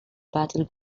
battle